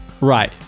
Right